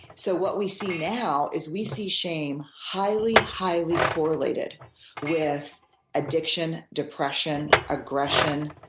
so what we see now is we see shame highly highly correlated with addiction, depression, aggression,